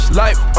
life